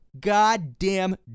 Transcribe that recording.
goddamn